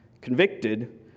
convicted